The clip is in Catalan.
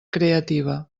creativa